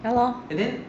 ya lor